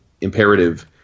imperative